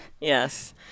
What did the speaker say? yes